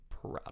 proud